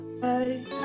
Bye